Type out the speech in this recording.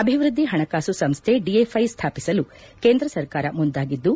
ಅಭಿವ್ಯದ್ಲಿ ಹಣಕಾಸು ಸಂಸ್ಥೆ ಡಿಎಫ್ಐ ಸ್ಥಾಪಿಸಲು ಕೇಂದ್ರ ಸರ್ಕಾರ ಮುಂದಾಗಿದ್ದು